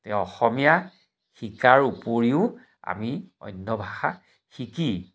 তেও অসমীয়া শিকাৰ উপৰিও আমি অন্য ভাষা শিকি